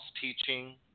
teaching